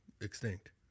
extinct